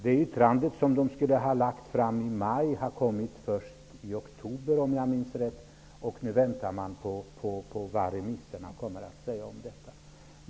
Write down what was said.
Det yttrande som skulle ha lagts fram i maj har kommit först i oktober, om jag minns rätt, och nu väntar man på vad remisserna kommer att säga om detta.